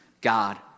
God